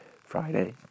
Friday